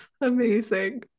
amazing